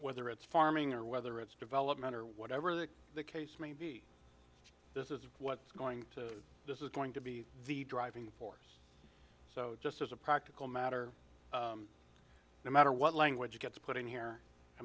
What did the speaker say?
whether it's farming or whether it's development or whatever the case may be this is what's going to this is going to be the driving force so just as a practical matter no matter what language gets put in here i